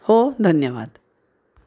हो धन्यवाद